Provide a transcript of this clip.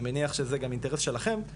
אני מניח שזה גם אינטרס שלכם,